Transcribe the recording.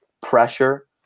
pressure